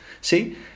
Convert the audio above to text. see